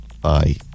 bye